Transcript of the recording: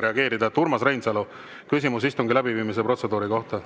reageerida. Urmas Reinsalu, küsimus istungi läbiviimise protseduuri kohta.